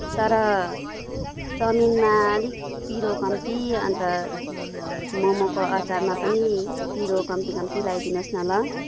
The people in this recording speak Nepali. तर चाउमिनमा अलिक पिरो कम्ती अन्त मोमोको अचारमा पनि पिरो कम्ती कम्ती लगाइदिनु होस् न ल